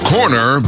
Corner